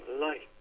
light